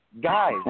Guys